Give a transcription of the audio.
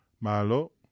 Malo